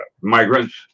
Migrants